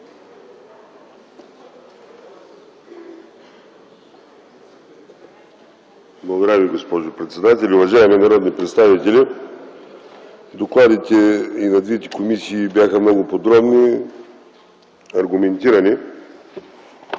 Благодаря Ви, госпожо председател. Уважаеми народни представители! Докладите и на двете комисии бяха много подробни, аргументирани,